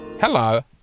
hello